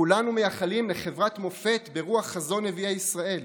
כולנו מייחלים לחברת מופת ברוח חזון נביאי ישראל,